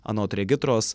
anot regitros